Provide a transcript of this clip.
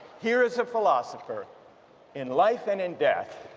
here is a philosopher in life and in death